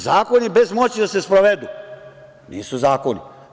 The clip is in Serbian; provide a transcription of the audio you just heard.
Zakoni bez moći da se sprovedu nisu zakoni.